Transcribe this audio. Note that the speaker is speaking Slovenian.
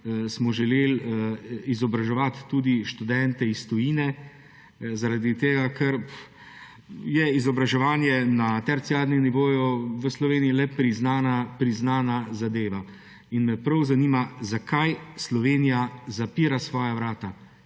smo želeli izobraževati tudi študente iz tujine, ker je izobraževanje na terciarnem nivoju v Sloveniji le priznana zadeva. In me prav zanima: Zakaj Slovenija zapira svoja vrata?